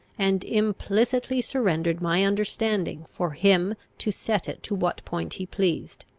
and implicitly surrendered my understanding for him to set it to what point he pleased.